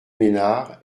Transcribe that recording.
ménard